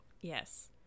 Yes